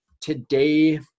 today